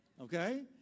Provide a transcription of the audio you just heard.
okay